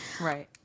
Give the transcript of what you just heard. Right